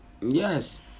Yes